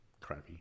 crappy